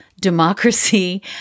democracy